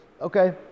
okay